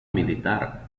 militar